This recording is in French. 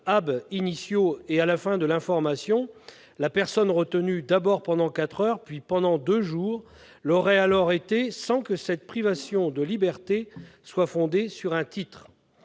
introduit À la fin de l'information, la personne retenue- d'abord pendant quatre heures, puis pendant deux jours -l'aurait donc été sans que cette privation de liberté soit fondée sur un titre.